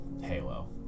Halo